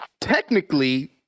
technically